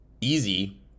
easy